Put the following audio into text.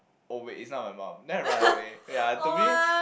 oh wait it's not my mum then I run away ya to me